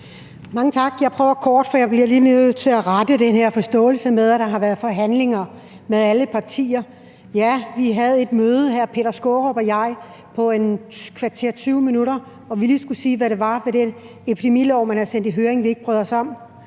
Mange tak. Jeg prøver at gøre det kort. Jeg bliver lige nødt til at få rettet den her forståelse af, at der har været forhandlinger med alle partier. Ja, vi havde et møde, hr. Peter Skaarup og jeg, på 15-20 minutter, hvor vi lige skulle sige, hvad det var ved den epidemilov, man har sendt i høring, vi ikke brød os om.